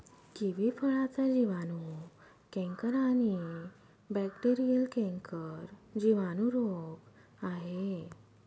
kiwi फळाचा जिवाणू canker आणि बॅक्टेरीयल कैंकर जिवाणू रोग आहे